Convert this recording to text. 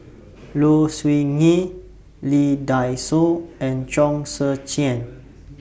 Low Siew Nghee Lee Dai Soh and Chong Tze Chien